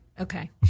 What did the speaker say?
Okay